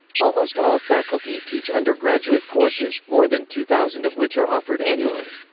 almost all faculty teach undergraduate courses, more than two thousand of which are offered annually.